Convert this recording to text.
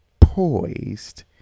poised